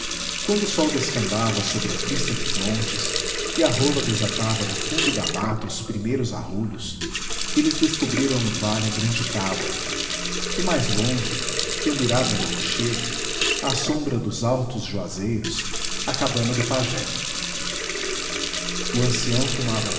quando o sol descambava sobre a crista dos montes e a rola desatava do fundo da mata os primeiros arrulhos eles descobriram no vale a grande taba e mais longe pendurada no rochedo à sombra dos altos juazeiros a cabana do pajé o ancião fumava